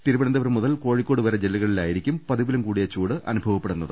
തിരുവനന്തപുരം മുതൽ കോഴി ക്കോട് വരെ ജില്ലകളിലായിരിക്കും പതിവിലുംകൂടിയ ചൂട് അനുഭവപ്പെ ടുന്നത്